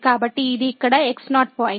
కాబట్టి ఇది ఇక్కడ x0 పాయింట్